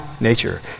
nature